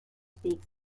speaks